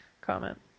comment